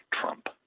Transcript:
Trump